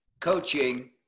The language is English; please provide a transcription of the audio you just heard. coaching